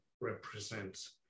represents